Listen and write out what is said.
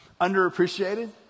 underappreciated